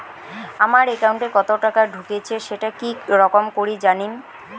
আমার একাউন্টে কতো টাকা ঢুকেছে সেটা কি রকম করি জানিম?